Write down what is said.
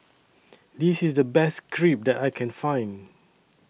This IS The Best Crepe that I Can Find